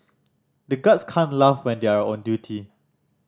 the guards can't laugh when they are on duty